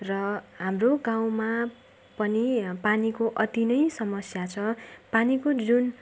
र हाम्रो गाउँमा पनि पानीको अति नै समस्या छ पानीको जुन